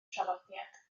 traddodiad